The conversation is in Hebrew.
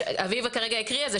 אביב הקריאה את הנוסח.